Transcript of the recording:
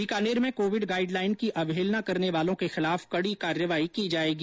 बीकानेर में Covid guideline की अवहेलना करने वालों के खिलाफ कड़ी कार्रवाई की जायेगी